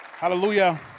Hallelujah